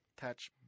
Touch